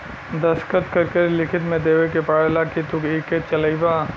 दस्खत करके लिखित मे देवे के पड़ेला कि तू इके चलइबा